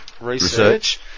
Research